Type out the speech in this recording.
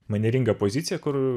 manieringa pozicija kur